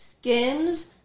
Skins